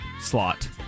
slot